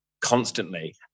constantly